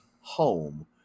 home